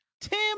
Tim